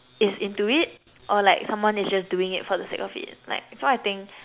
is into it or like someone is just doing it for the sake of it like so I think